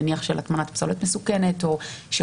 נניח של הטמנת פסולת מסוכנת או שירותים